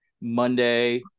Monday